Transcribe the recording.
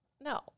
No